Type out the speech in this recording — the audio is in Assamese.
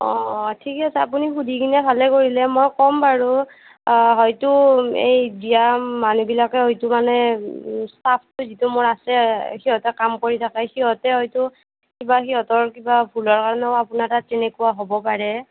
অঁ অঁ ঠিকে আছে আপুনি সুধি কিনে ভালেই কৰিলে মই ক'ম বাৰু হয়তো এই দিয়া মানুহবিলাকে হয়তো মানে ষ্টাফটো যিটো মোৰ আছে সিহঁতে কাম কৰি থাকে সিহঁতে হয়তো কিবা সিহঁতৰ কিবা ভুলৰ কাৰণে হয়তো আপোনাৰ তাত তেনেকুৱা হ'ব পাৰে